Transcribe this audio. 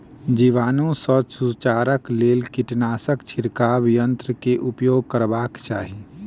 जीवाणु सॅ सुरक्षाक लेल कीटनाशक छिड़काव यन्त्र के उपयोग करबाक चाही